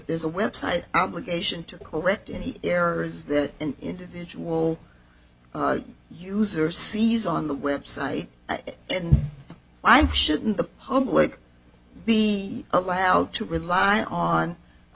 there's a website obligation to correct and he errors that an individual user sees on the website and i'm shouldn't the public be allowed to rely on a